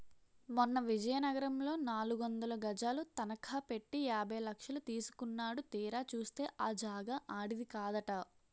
మొన్న విజయనగరంలో నాలుగొందలు గజాలు తనఖ పెట్టి యాభై లక్షలు తీసుకున్నాడు తీరా చూస్తే ఆ జాగా ఆడిది కాదట